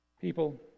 People